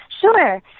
Sure